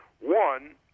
One